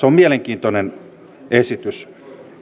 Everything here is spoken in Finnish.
on mielenkiintoinen esitys